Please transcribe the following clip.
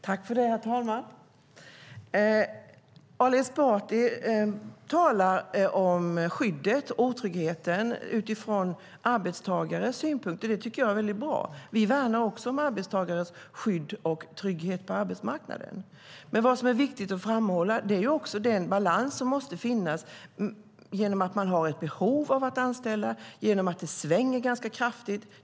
Herr talman! Ali Esbati talar om skyddet och om otryggheten utifrån arbetstagarens synpunkt. Det tycker jag är väldigt bra. Vi värnar också arbetstagarens skydd och trygghet på arbetsmarknaden. Det är dock viktigt att framhålla den balans som måste finnas när det finns ett behov av att anställa, när det svänger ganska kraftigt.